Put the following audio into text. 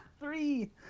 Three